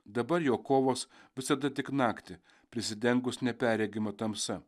dabar jo kovos visada tik naktį prisidengus neperregima tamsa